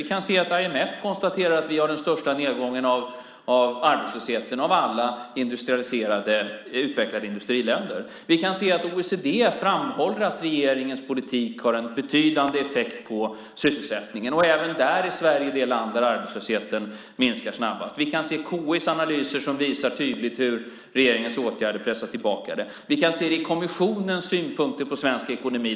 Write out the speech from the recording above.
Vi kan se att IMF konstaterar att vi har den största nedgången av arbetslösheten av alla industrialiserade, utvecklade industriländer. Vi kan se att OECD framhåller att regeringens politik har en betydande effekt på sysselsättningen, och även där är Sverige det land där arbetslösheten minskar snabbast. Vi kan se KI:s analyser som tydligt visar hur regeringens åtgärder pressar tillbaka arbetslösheten. Vi kan se det i kommissionens synpunkter på svensk ekonomi.